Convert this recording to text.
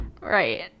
right